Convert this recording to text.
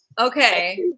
Okay